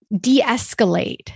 de-escalate